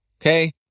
Okay